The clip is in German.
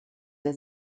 der